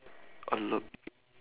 I'm not